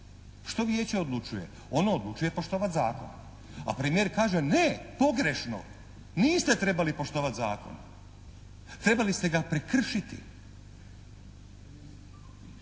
Što Vijeće odlučuje? Ono odlučuje poštovati zakon, a premijer kaže ne pogrešno, niste trebali poštovati zakon, trebali ste ga prekršiti.